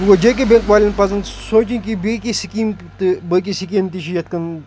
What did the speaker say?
وۄنۍ گوٚو J K bank والٮ۪ن پَزَن سونٛچِنۍ کہِ بیٚیہِ کیٚنٛہہ سِکیٖم تہٕ بٲقی سِکیٖم تہِ چھِ یَتھ کَن